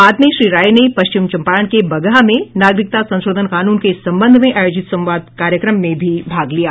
बाद में श्री राय ने पश्चिम चम्पारण के बगहा में नागरिकता संशोधन कानून के संबंध में आयोजित संवाद कार्यक्रम में भी भाग लिया